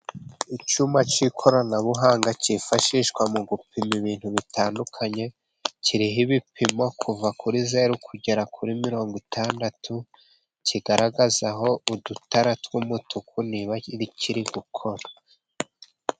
Icyuma cy'ikoranabuhanga cyifashishwa mu gupima ibintu bitandukanye, kiriho ibipimo kuva kuri zeru kugera kuri mirongo itandatu, kigaragaza aho udutara tw'umutuku niba kiri gukora.